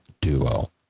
Duo